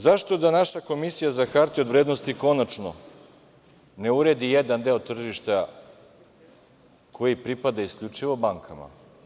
Zašto da naša Komisija za hartije od vrednosti konačno ne uredi jedan deo tržišta koji pripada isključivo bankama?